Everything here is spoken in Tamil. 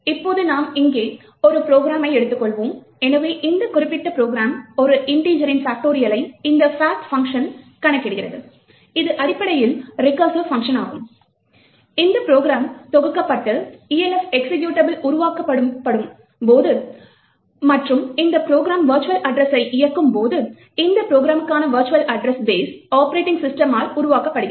இப்போது நாம் இங்கே ஒரு ப்ரோக்ராமை எடுத்துள்ளோம் எனவே இந்த குறிப்பிட்ட ப்ரோக்ராம் ஒரு இன்டிஜரின் பாக்டோரியலை இந்த fact பங்ஷன் கணக்கிடுகிறது இது அடிப்படையில் ஒரு ரிக்கர்சிவ் பங்ஷன் ஆகும் இந்த ப்ரோக்ராம் தொகுக்கப்பட்டு Elf எக்சிகியூட்டபிள் உருவாக்கப்படும் போது மற்றும் இந்த ப்ரோக்ராம் வெர்ச்சுவல் அட்ரஸை இயக்கும் போது இந்த ப்ரோக்ராமுக்கான வெர்ச்சுவல் அட்ரஸை ஸ்பெஸ் ஆப்ரேட்டிங் சிஸ்டமால் உருவாக்கப்படுகிறது